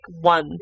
one